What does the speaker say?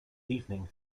evening